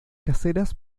caseras